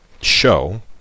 show